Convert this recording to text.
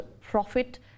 profit